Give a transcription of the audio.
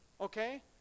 okay